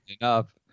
enough